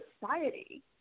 society